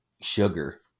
sugar